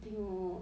tengok